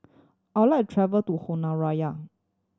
I would like travel to Honiara